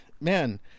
man